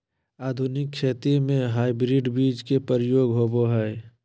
आधुनिक खेती में हाइब्रिड बीज के प्रयोग होबो हइ